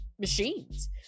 machines